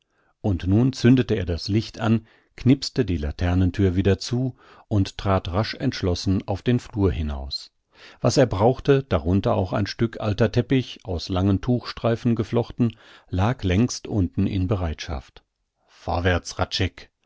und nun zündete er das licht an knipste die laternenthür wieder zu und trat rasch entschlossen auf den flur hinaus was er brauchte darunter auch ein stück alter teppich aus langen tuchstreifen geflochten lag längst unten in bereitschaft vorwärts